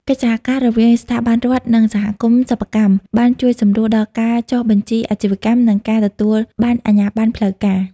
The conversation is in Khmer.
កិច្ចសហការរវាងស្ថាប័នរដ្ឋ និងសហគមន៍សិប្បកម្ម បានជួយសម្រួលដល់ការចុះបញ្ជីអាជីវកម្ម និងការទទួលបានអាជ្ញាបណ្ណផ្លូវការ។